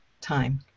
time